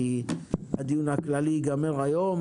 כי הדיון הכללי ייגמר היום.